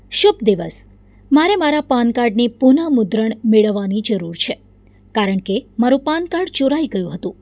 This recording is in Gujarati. શુભ દિવસ મારે મારા પાન કાર્ડની પુનઃમુદ્રણ મેળવવાની જરુર છે કારણકે મારું પાન કાડ ચોરાઈ ગયું હતું